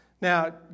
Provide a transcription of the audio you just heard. now